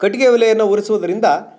ಕಟ್ಟಿಗೆ ಒಲೆಯನ್ನು ಉರಿಸುವುದರಿಂದ